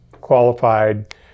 qualified